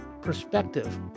Perspective